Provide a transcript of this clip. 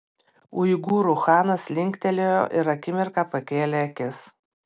uigūrų chanas linktelėjo ir akimirką pakėlė akis